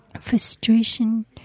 frustration